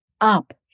up